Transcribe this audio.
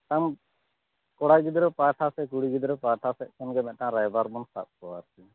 ᱥᱟᱶ ᱠᱟᱲᱟ ᱜᱤᱫᱽᱨᱟᱹ ᱯᱟᱦᱟᱴᱟ ᱥᱮ ᱠᱩᱲᱤ ᱜᱤᱫᱽᱨᱟᱹ ᱯᱟᱦᱟᱴᱟ ᱥᱮᱫ ᱠᱷᱚᱱ ᱜᱮ ᱢᱤᱫᱴᱟᱝ ᱨᱟᱭᱵᱟᱨ ᱵᱚᱱ ᱥᱟᱵ ᱠᱚᱣᱟ ᱟᱨᱠᱤ